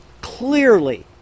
clearly